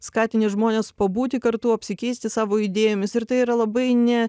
skatini žmones pabūti kartu apsikeisti savo idėjomis ir tai yra labai ne